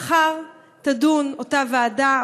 מחר תדון אותה ועדה,